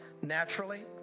Naturally